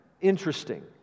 interesting